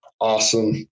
awesome